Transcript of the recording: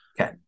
Okay